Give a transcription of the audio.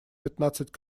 пятнадцать